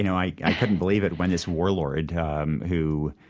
you know i i couldn't believe it when this warlord um who,